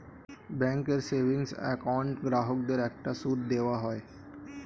ব্যাঙ্কের savings account গ্রাহকদের একটা সুদ দেওয়া হয়